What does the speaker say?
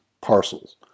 parcels